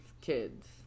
kids